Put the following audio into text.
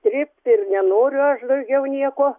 trypt ir nenoriu aš daugiau nieko